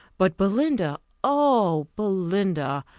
but belinda oh, belinda!